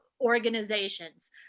organizations